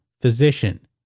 physician